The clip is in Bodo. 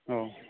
औ